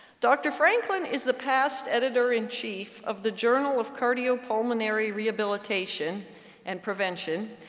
dr. franklin is the past editor-in-chief of the journal of cardiopulmonary rehabilitation and prevention,